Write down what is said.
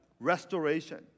restoration